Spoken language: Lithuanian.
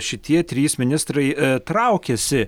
šitie trys ministrai traukiasi